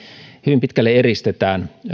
hyvin pitkälle eristetään